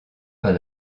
pas